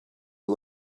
you